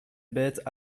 bêtes